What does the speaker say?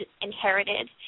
inherited